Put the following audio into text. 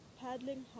paddling